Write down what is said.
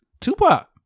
Tupac